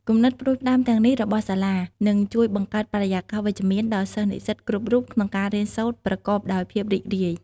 គំនិតផ្តួចផ្តើមទាំងនេះរបស់សាលានឹងជួយបង្កើតបរិយាកាសវិជ្ជមានដល់សិស្សនិស្សិតគ្រប់រូបក្នុងការរៀនសូត្រប្រកបដោយភាពរីករាយ។